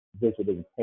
visiting